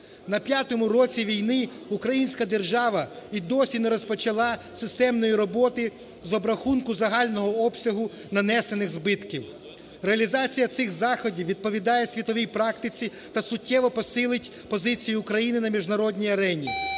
На п'ятому році війни українська держава і досі не розпочала системної роботи з обрахунку загального обсягу нанесених збитків. Реалізація цих заходів відповідає світовій практиці та суттєво посилить позицію України на міжнародній арені,